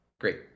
great